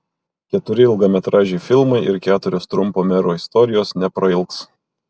keturi ilgametražiai filmai ir keturios trumpo mero istorijos neprailgs